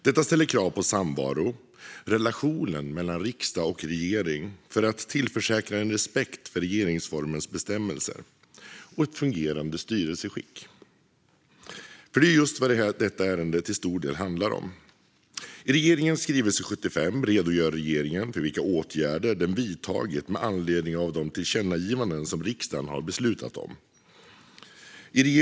Detta ställer krav på samvaron, relationen mellan riksdag och regering, för att tillförsäkra en respekt för regeringsformens bestämmelser och ett fungerande styresskick. För det är just vad detta ärende till stor del handlar om. I regeringens skrivelse 75 redogör regeringen för vilka åtgärder den vidtagit med anledning av de tillkännagivanden riksdagen har beslutat om.